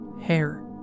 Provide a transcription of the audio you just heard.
hair